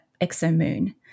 exomoon